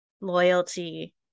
Loyalty